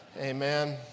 Amen